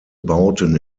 bauten